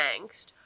angst